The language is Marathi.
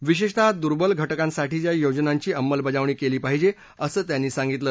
विशेषतः दुर्बल घ किंसाठीच्या योजनांची अंमलबजावणी केली पाहिजे असं त्यांनी सांगितलं